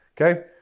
Okay